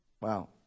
Wow